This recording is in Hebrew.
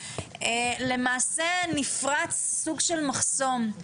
למעשה נפרץ סוג של מחסום.